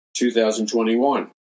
2021